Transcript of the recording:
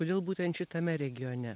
kodėl būtent šitame regione